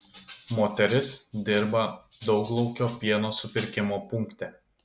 moteris dirba dauglaukio pieno supirkimo punkte